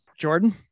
Jordan